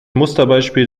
musterbeispiel